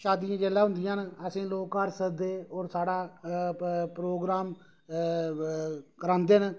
शादी जेल्लै होंदियां न असेंगी लोक घर सद्दी लैंदे न और साढ़ा प्रोग्राम करांदे न